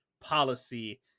policy